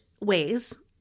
ways